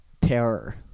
terror